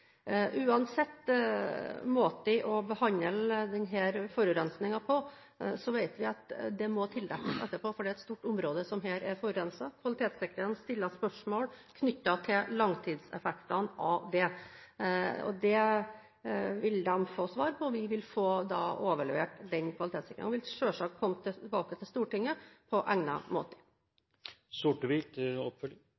Uansett måte å behandle denne forurensningen på vet vi at det må tildekkes etterpå, for det er et stort område som her er forurenset. Kvalitetssikrerne stiller spørsmål knyttet til langtidseffektene av det. Det vil de få svar på, og vi vil få overlevert kvalitetssikringen – og vil selvsagt komme tilbake til Stortinget på egnet måte.